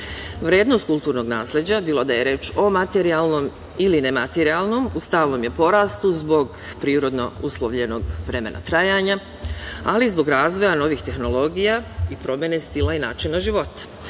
nasleđem. Vrednost kulturnog nasleđa, bilo da je reč o materijalnom ili nematerijalnom, u stalnom je porastu zbog prirodno uslovljenog vremena trajanja, ali i zbog razvoja novih tehnologija i promene stila i načina života.